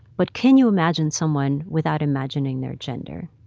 but can you imagine someone without imagining their gender?